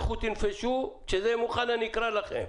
לכו תנפשו וכשזה יהיה מוכן אני אקרא לכם.